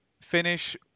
finish